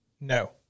No